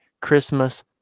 Christmas